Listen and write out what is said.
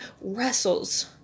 wrestles